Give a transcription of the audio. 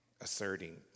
asserting